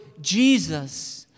Jesus